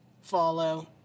Follow